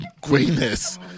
greatness